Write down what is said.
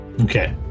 Okay